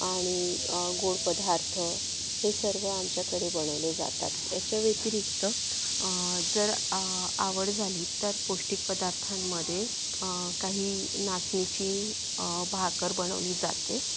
आणि गोड पदार्थ हे सर्व आमच्याकडे बनवले जातात याच्याव्यतिरिक्त जर आवड झाली तर पौष्टिक पदार्थांमध्ये काही नाचणीची भाकर बनवली जाते